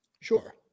Sure